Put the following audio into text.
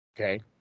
Okay